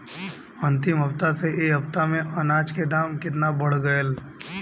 अंतिम हफ्ता से ए हफ्ता मे अनाज के दाम केतना बढ़ गएल?